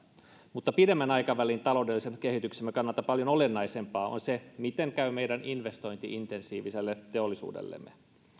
mutta pidemmän aikavälin taloudellisen kehityksemme kannalta paljon olennaisempaa on se miten käy meidän investointi intensiiviselle teollisuudellemme